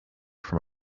from